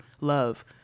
love